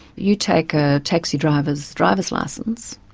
you take a taxi driver's drivers licence,